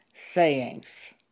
Sayings